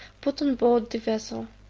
put on board the vessel.